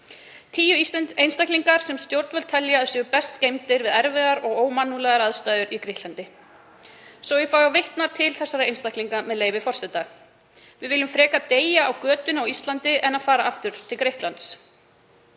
tíu einstaklingar sem stjórnvöld telja að séu best geymdir við erfiðar og ómannúðlegar aðstæður í Grikklandi. Svo ég fái að vitna til orða þessara einstaklinga, með leyfi forseta: „Við viljum frekar deyja á götunni á Íslandi en að fara aftur til Grikklands.“